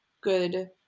good